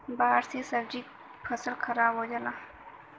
बाढ़ से सब्जी क फसल खराब हो जाई